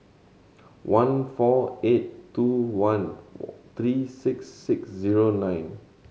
one four eight two one three six six zero nine